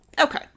Okay